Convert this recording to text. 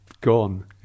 gone